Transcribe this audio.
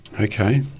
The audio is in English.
Okay